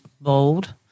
bold